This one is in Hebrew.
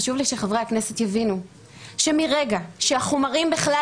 חשוב לי שחברי הכנסת יבינו שמרגע שהחומרים בכלל